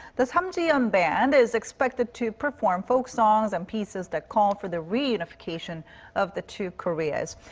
the samjiyon band is expected to perform folk songs and pieces that call for the reunification of the two koreas.